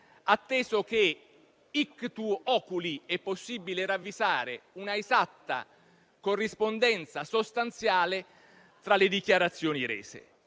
atteso che - *ictu oculi* - è possibile ravvisare una esatta corrispondenza sostanziale tra le dichiarazioni rese.